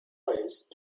placed